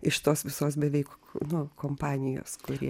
iš tos visos beveik nu kompanijos kurie